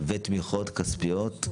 לפני פקיעת תוקף של תרופות, ותמיכות כספיות.